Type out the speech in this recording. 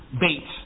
bait